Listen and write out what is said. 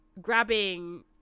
grabbing